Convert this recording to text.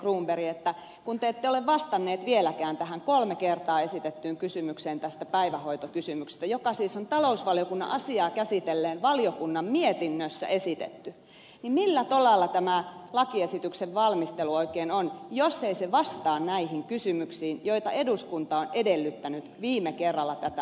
kun te ette ole vastannut vieläkään tähän kolme kertaa esitettyyn kysymykseen päivähoidosta joka siis on talousvaliokunnan asiaa käsitelleen valiokunnan mietinnössä esitetty niin millä tolalla tämän lakiesityksen valmistelu oikein on jos ei se vastaa näihin kysymyksiin joita eduskunta on edellyttänyt viime kerralla tätä asiaa käsitellessään